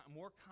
more